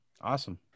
Awesome